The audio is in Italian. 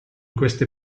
queste